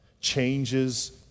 changes